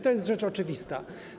To jest rzecz oczywista.